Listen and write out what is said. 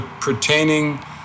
pertaining